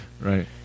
right